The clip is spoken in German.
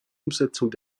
umsetzung